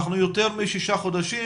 אנחנו יותר משישה חודשים,